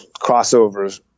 crossovers